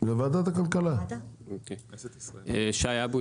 אני שי אבו,